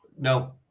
no